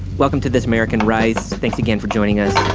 welcome to this american rice. thanks again for joining us.